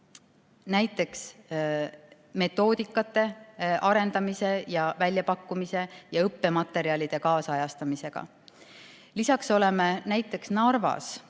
näiteks metoodikate arendamise ja väljapakkumise ning õppematerjalide kaasajastamisega. Lisaks oleme näiteks Narvas